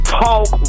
talk